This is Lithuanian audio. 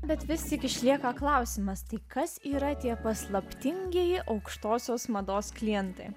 bet vis tik išlieka klausimas tai kas yra tie paslaptingieji aukštosios mados klientai